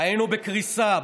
היינו בקריסה,